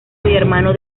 hermano